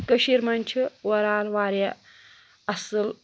کٔشیٖر منٛز چھِ اُورآل وارِیاہ اَصٕل